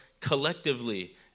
collectively